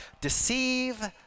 deceive